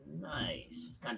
Nice